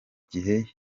gihe